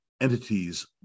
entities